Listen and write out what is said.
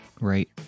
Right